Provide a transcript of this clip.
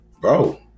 bro